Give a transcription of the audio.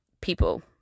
people